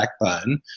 backbone